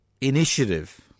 initiative